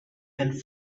and